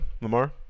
Lamar